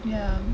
ya